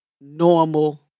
normal